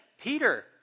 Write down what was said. Peter